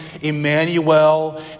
Emmanuel